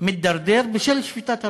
מידרדר בשל שביתת הרעב.